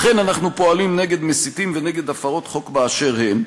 לכן אנחנו פועלים נגד מסיתים ונגד הפרות חוק באשר הם,